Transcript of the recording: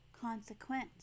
consequence